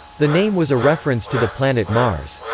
the name was a reference to the planet mars,